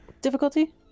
difficulty